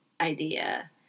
idea